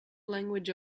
language